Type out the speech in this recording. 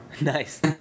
Nice